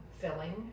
filling